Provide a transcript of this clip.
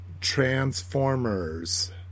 Transformers